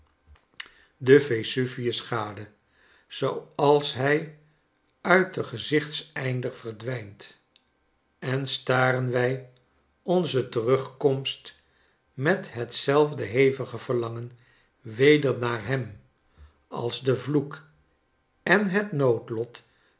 den vesuvius gade zooals hij uit den gezichteinder verdwijnt en staren bij onze terugkomst met hetzelfde hevige verlangen weder naar hem als de vloek en het noodlot